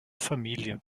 familie